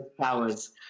powers